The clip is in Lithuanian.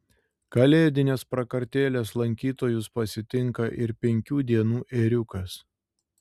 kalėdinės prakartėlės lankytojus pasitinka ir penkių dienų ėriukas